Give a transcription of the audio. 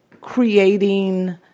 creating